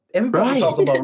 Right